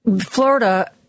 Florida